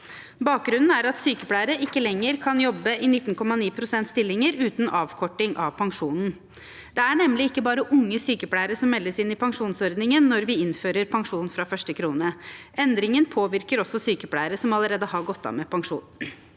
Bakgrunnen er at sykepleiere ikke lenger kan jobbe i 19,9 pst. stilling uten avkorting av pensjonen. Det er nemlig ikke bare unge sykepleiere som meldes inn i pensjonsordningen når vi innfører pensjon fra første krone. Endringen påvirker også sykepleiere som allerede har gått av med pensjon.